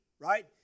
right